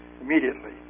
immediately